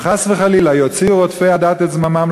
אם חס וחלילה יוציאו רודפי הדת את זממם